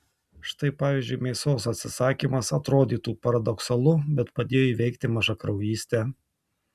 štai pavyzdžiui mėsos atsisakymas atrodytų paradoksalu bet padėjo įveikti mažakraujystę